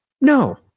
No